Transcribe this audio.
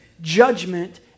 judgment